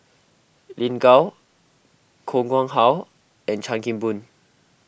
Lin Gao Koh Nguang How and Chan Kim Boon